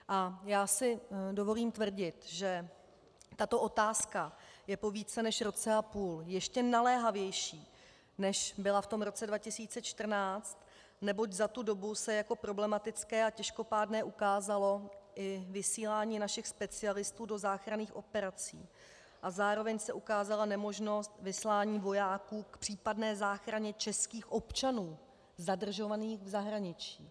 A já si dovolím tvrdit, že tato otázka je po více než roce a půl ještě naléhavější, než byla v roce 2014, neboť za tu dobu se jako problematické a těžkopádné ukázalo i vysílání našich specialistů do záchranných operací a zároveň se ukázala nemožnost vyslání vojáků k případné záchraně českých občanů zadržovaných v zahraničí.